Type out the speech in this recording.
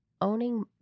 Owning